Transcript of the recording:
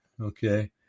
okay